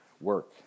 work